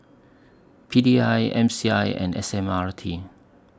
P D I M C I and S M R T